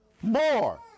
More